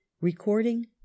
Recording